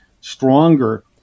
stronger